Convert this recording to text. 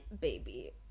Baby